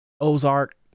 Ozark